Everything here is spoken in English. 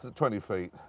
ah twenty feet.